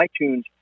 iTunes